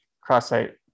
cross-site